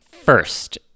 First